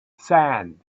sand